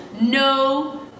No